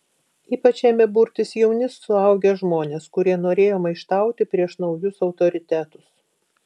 ypač ėmė burtis jauni suaugę žmonės kurie norėjo maištauti prieš naujus autoritetus